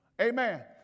Amen